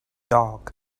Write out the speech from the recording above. dog